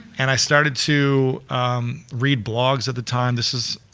and i started to a read blogs at the time, this is,